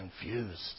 confused